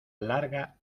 larga